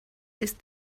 ist